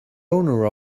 owner